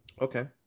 Okay